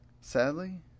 Sadly